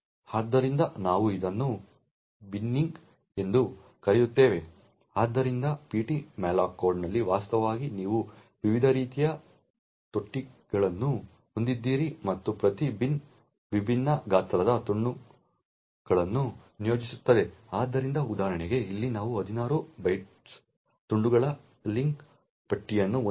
ಆದ್ದರಿಂದ ನಾವು ಇದನ್ನು ಬಿನ್ನಿಂಗ್ ಎಂದು ಕರೆಯುತ್ತೇವೆ ಆದ್ದರಿಂದ ptmalloc ಕೋಡ್ನಲ್ಲಿ ವಾಸ್ತವವಾಗಿ ನೀವು ವಿವಿಧ ರೀತಿಯ ತೊಟ್ಟಿಗಳನ್ನು ಹೊಂದಿದ್ದೀರಿ ಮತ್ತು ಪ್ರತಿ ಬಿನ್ ವಿಭಿನ್ನ ಗಾತ್ರದ ತುಂಡುಗಳನ್ನು ನಿಯೋಜಿಸುತ್ತದೆ ಆದ್ದರಿಂದ ಉದಾಹರಣೆಗೆ ಇಲ್ಲಿ ನಾವು 16 ಬೈಟ್ಗಳ ತುಂಡುಗಳ ಲಿಂಕ್ ಪಟ್ಟಿಯನ್ನು ಹೊಂದಿದ್ದೇವೆ